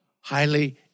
highly